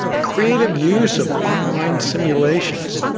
creative use of online simulations,